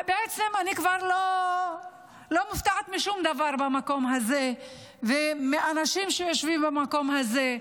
בעצם אני כבר לא מופתעת משום דבר במקום הזה ומהאנשים שיושבים במקום הזה,